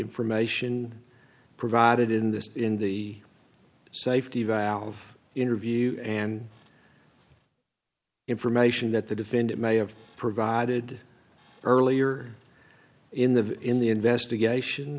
information provided in this in the safety valve interview and information that the defendant may have provided earlier in the in the investigation